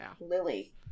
Lily